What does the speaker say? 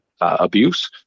abuse